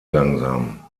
langsam